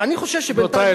חכה שלושה חודשים, תאכל